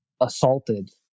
assaulted